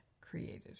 created